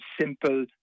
simple